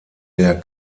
der